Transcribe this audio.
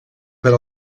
per